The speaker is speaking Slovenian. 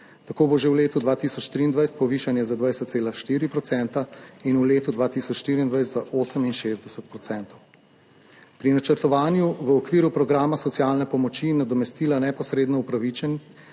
Tako bo že v letu 2023 povišanje za 20,4 % in v letu 2024 za 68 %. Pri načrtovanju v okviru programa socialne pomoči in nadomestila neposredno za upravičence